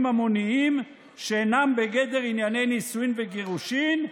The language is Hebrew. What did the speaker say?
ממוניים שאינם בגדר ענייני נישואין וגירושין,